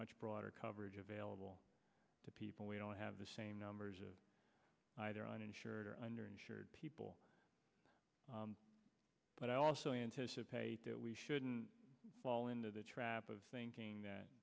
much broader coverage available to people who don't have the same numbers of either uninsured or underinsured people but i also anticipate that we shouldn't fall into the trap of thinking that